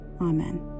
Amen